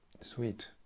sweet